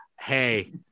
Hey